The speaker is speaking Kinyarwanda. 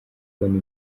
kubona